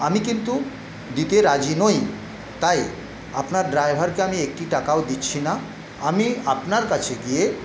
আমি কিন্তু দিতে রাজি নই তাই আপনার ড্রাইভারকে আমি একটি টাকাও দিচ্ছি না আমি আপনার কাছে গিয়ে